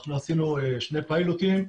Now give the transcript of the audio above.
אנחנו עשינו שני פיילוטים,